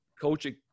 coaching